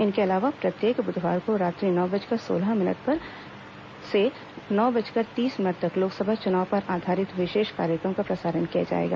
इनके अलावा प्रत्येक बुधवार को रात्रि नौ बजकर सोलह मिनट से नौ बजकर तीस मिनट तक लोकसभा चुनाव पर आधारित विशेष कार्यक्रम का प्रसारण किया जाएगा